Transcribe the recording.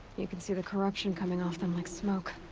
you can see the corruption coming off them like smoke.